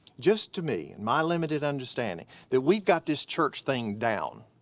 just to me in my limited understanding, that we've got this church thing down.